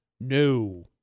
no